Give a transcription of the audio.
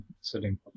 sitting